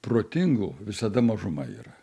protingų visada mažuma yra